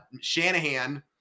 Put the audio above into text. Shanahan